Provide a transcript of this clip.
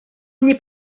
nie